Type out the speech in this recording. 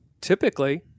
Typically